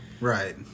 right